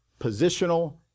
positional